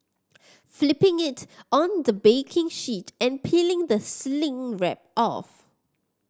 flipping it on the baking sheet and peeling the cling wrap off